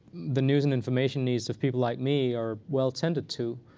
the news and information needs of people like me are well-tended to.